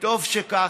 וטוב שכך.